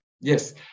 Yes